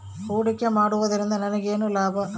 ಹೂಡಿಕೆ ಮಾಡುವುದರಿಂದ ನನಗೇನು ಲಾಭ?